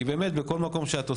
כי בכל מקום שאת עושה,